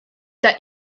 that